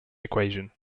equation